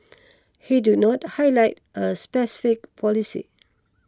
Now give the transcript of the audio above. he do not highlight a specific policy